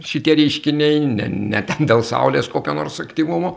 šitie reiškiniai ne ne ten dėl saulės kokio nors aktyvumo